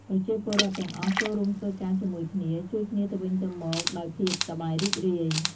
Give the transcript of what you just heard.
ប្រជាពលរដ្ឋទាំងអស់ចូលរួមធ្វើការជាមួយគ្នា ជួយគ្នាទៅវិញទៅមកដោយភាពសប្បាយរីករាយ។